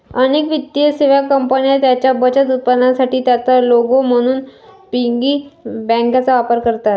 अनेक वित्तीय सेवा कंपन्या त्यांच्या बचत उत्पादनांसाठी त्यांचा लोगो म्हणून पिगी बँकांचा वापर करतात